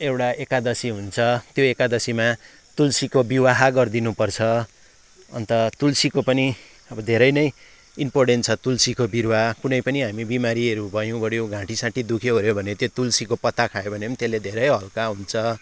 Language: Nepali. एउटा एकादशी हुन्छ त्यो एकादशीमा तुलसीको विवाह गरिदिनुपर्छ अन्त तुलसीको पनि अब धेरै नै इन्पोर्टेन्ट छ तुलसीको बिरुवा कुनै पनि हामी बिमारीहरू भयौँओऱ्यौँ घाँटीसाँटी दुख्योओऱ्यो भने त्यो तुलसीको पत्ता खायो भने पनि त्यसले धेरै हल्का हुन्छ